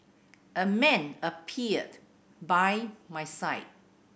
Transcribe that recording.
a man appeared by my side